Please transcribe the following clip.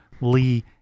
Lee